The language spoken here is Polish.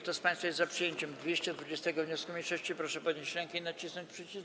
Kto z państwa jest za przyjęciem 220. wniosku mniejszości, proszę podnieść rękę i nacisnąć przycisk.